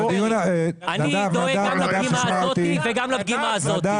אני דואג גם לדגימה הזו וגם לדגימה הזו.